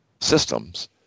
systems